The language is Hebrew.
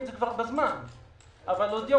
גם השמיים יהיו סגורים בשנה הזאת, אז עוד יותר